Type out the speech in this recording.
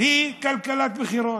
היא כלכלת בחירות.